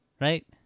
right